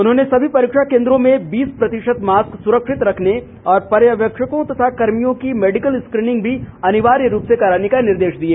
उन्होंने सभी परीक्षा केंद्रों में बीस प्रतिशत मास्क सुरक्षित रखने और पर्यवेक्षकों तथा कर्मियों की मेडिकल स्क्रीनिंग भी अनिवार्य रुप से कराने के निर्देश दिए